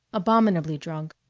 abominably drunk,